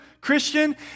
Christian